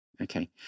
okay